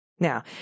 Now